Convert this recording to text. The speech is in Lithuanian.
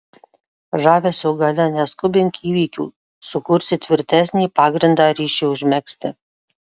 žavesio galia neskubink įvykių sukursi tvirtesnį pagrindą ryšiui užmegzti